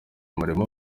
umurimo